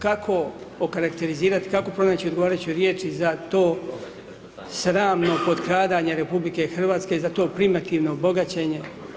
Kako okarakterizirati, kako pronaći odgovarajuće riječi za to sramno potkradanje RH za to primativno bogaćenje?